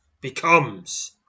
becomes